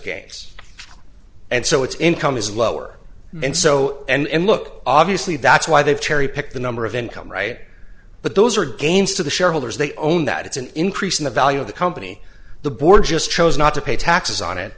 gains and so its income is lower and so and look obviously that's why they've cherry pick the number of income right but those are gains to the shareholders they own that it's an increase in the value of the company the board just chose not to pay taxes on it